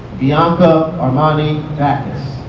bianca armani baccus